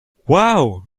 wow